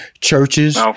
churches